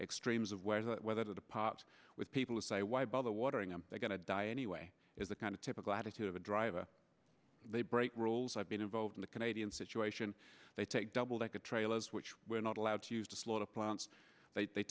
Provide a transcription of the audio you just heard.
extremes of whether to depart with people who say why bother watering them they're going to die anyway is the kind of typical attitude of a driver they break rules i've been involved in the canadian situation they take double decker trailers which we're not allowed to use to slaughter plants they t